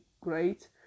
great